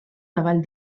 davall